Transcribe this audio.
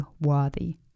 worthy